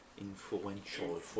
influential